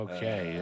Okay